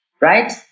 right